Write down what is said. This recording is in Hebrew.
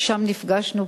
שם נפגשנו,